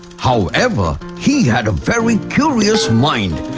however, he had a very curious mind.